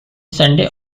sunday